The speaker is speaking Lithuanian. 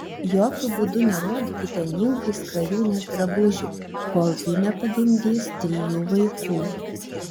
jokiu būdu nerodykite nimfai skrajūnės drabužių kol ji nepagimdys trijų vaikų